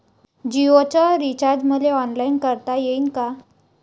जीओच रिचार्ज मले ऑनलाईन करता येईन का?